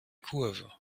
kurve